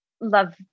love